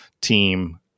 Team